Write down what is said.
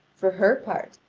for her part,